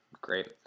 Great